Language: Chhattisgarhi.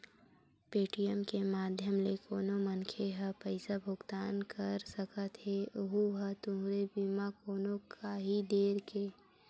पेटीएम के माधियम ले कोनो मनखे ह पइसा भुगतान कर सकत हेए अहूँ ह तुरते बिना कोनो काइही देर के